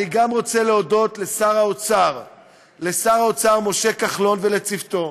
אני גם רוצה להודות לשר האוצר משה כחלון ולצוותו,